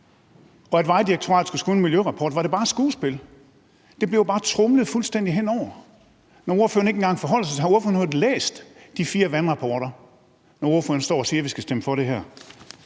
og at Vejdirektoratet skulle skrive en miljørapport? Var det bare skuespil? Det blev der jo bare tromlet fuldstændig hen over. Har ordføreren overhovedet læst de fire vandrapporter, når ordføreren står og siger, at vi skal stemme for det her?